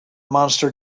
monster